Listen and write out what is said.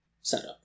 setup